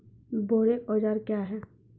बोरेक औजार क्या हैं?